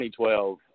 2012